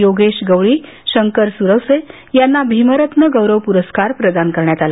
योगेश गवळी शंकर सुरवसे यांना भीमरत्न गौरव पुरस्कार प्रदान करण्यात आला